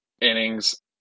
innings